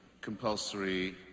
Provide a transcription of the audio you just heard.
compulsory